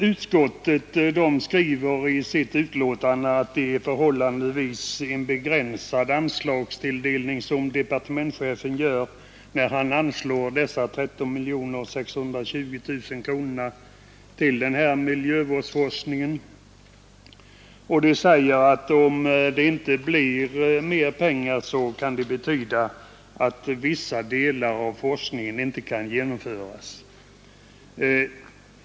Utskottet skriver i sitt betänkande att det är en förhållandevis begränsad anslagstilldelning som departementschefen förordar när han anslår 13 620 000 kronor till miljövårdsforskningen och att om det inte blir mera pengar kan det betyda att vissa delar av forskningen inte kan genomföras.